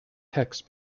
texts